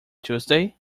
tuesday